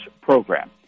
program